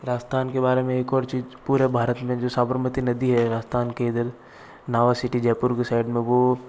राजस्थान के बारे में एक और चीज़ पुरे भारत में जो साबरमती नदी है राजस्थान के इधर नावा सिटी जयपुर के साइड में वह